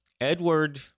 Edward